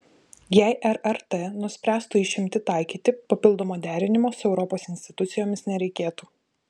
jei rrt nuspręstų išimtį taikyti papildomo derinimo su europos institucijomis nereikėtų